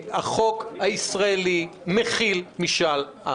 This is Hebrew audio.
החוק הישראלי מחיל משאל עם